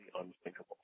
unthinkable